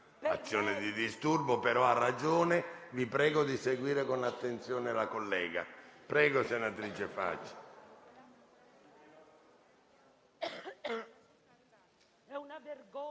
azione di disturbo, però ha ragione. Vi prego di seguire con attenzione la collega. Prego, senatrice Faggi.